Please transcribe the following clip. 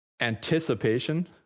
anticipation